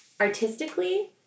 artistically